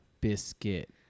biscuit